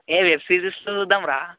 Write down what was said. ఏయ్ web series చూద్దాం రా